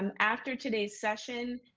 um after today's session,